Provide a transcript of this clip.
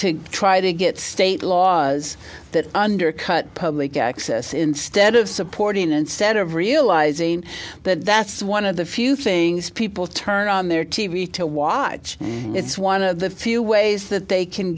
to try to get state laws that undercut public access instead of supporting instead of realizing that that's one of the few things people turn on their t v to watch it's one of the few ways that they can